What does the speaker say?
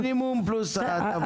מינימום פלוס הטבה.